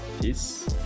Peace